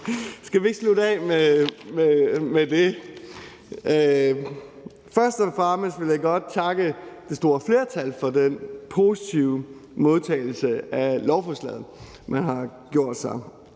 skal vi ikke slutte med det? Først og fremmest vil jeg godt takke det store flertal for den positive modtagelse af lovforslaget. Jeg er glad